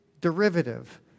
derivative